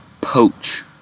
poach